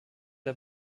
der